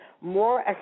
more